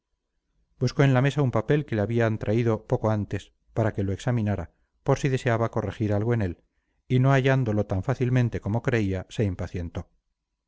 buscó en la mesa un papel que le habían traído poco antes para que lo examinara por si deseaba corregir algo en él y no hallándolo tan fácilmente como creía se impacientó